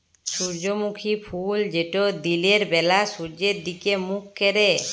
সূর্যমুখী ফুল যেট দিলের ব্যালা সূর্যের দিগে মুখ ক্যরে